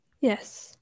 Yes